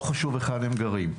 לא חשוב היכן הם גרים.